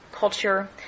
culture